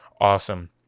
awesome